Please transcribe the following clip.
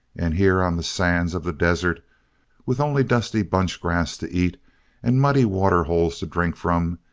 and here on the sands of the desert with only dusty bunch-grass to eat and muddy waterholes to drink from,